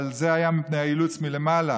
אבל זה היה מפני האילוץ מלמעלה.